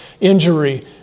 injury